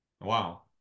Wow